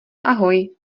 ahoj